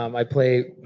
um i play